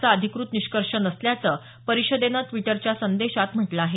चा अधिकृत निष्कर्ष नसल्याचं परिषदेनं ड्विटरवरच्या संदेशात म्हटलं आहे